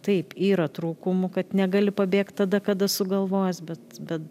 taip yra trūkumų kad negali pabėgt tada kada sugalvojęs bet bet